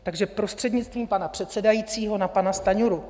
Takže prostřednictvím pana předsedajícího, na pana Stanjuru.